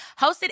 Hosted